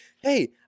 hey